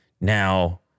Now